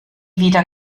wieder